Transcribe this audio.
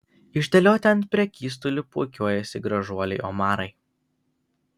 išdėlioti ant prekystalių puikuojasi gražuoliai omarai